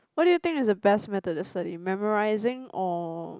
what do you think is the best method to study memorising or